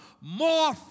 more